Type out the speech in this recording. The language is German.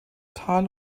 tal